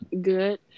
good